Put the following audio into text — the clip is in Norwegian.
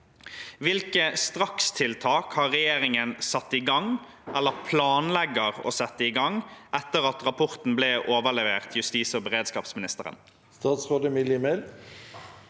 Hvilke strakstiltak har regjeringen satt i gang, eller planlegger å sette i gang, etter at rapporten ble overlevert